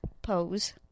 Pose